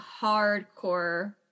hardcore